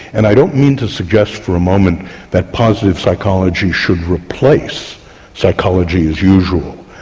and i don't mean to suggest for a moment that positive psychology should replace psychology as usual,